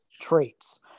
traits